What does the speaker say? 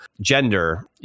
gender